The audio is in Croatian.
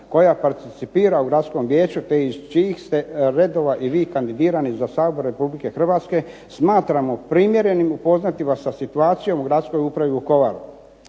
koja participira u gradskom vijeću, te iz čijih ste redova i vi kandidirani za Sabor Republike Hrvatske smatramo primjerenim upoznati vas sa situacijom u gradskoj upravi Vukovar,